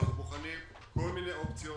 אנחנו בוחנים כל מיני אופציות